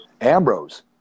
Ambrose